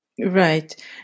Right